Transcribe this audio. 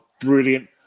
brilliant